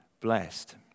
blessed